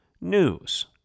News